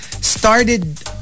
started